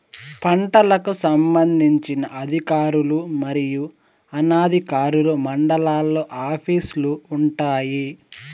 పంటలకు సంబంధించిన అధికారులు మరియు అనధికారులు మండలాల్లో ఆఫీస్ లు వుంటాయి?